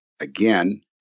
again